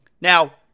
Now